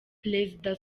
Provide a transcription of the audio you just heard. perezida